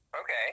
Okay